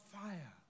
fire